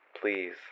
Please